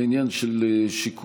זה עניין של שיקולים,